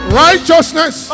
righteousness